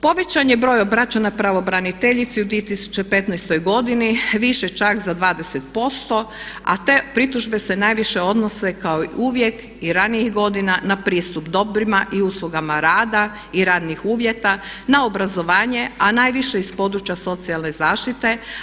Povećan je broj obraćanja pravobraniteljici u 2015. godini više čak za 20% a te pritužbe se najviše odnose kao i uvijek i ranijih godina na pristup dobrima i uslugama rada i radnih uvjeta na obrazovanje, a najviše iz područja socijalne zaštite.